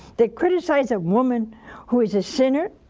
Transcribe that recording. they criticize a woman who is a sinner